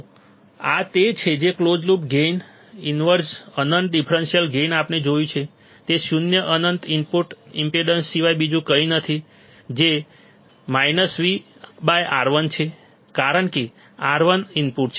તો આ તે છે જે કલોઝ લૂપ ગેઇન ઇનવર્સ અનંત ડિફરન્સીયલ ગેઇન આપણે જોયું છે તે શૂન્ય અનંત ઇનપુટ ઈમ્પેડન્સ સિવાય બીજું કંઈ નથી જે V R1 છે કારણ કે R1 ઇનપુટ છે